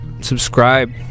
subscribe